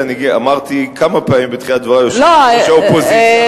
אני אמרתי כמה פעמים בתחילת דברי "יושבת-ראש האופוזיציה",